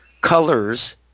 colors